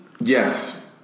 yes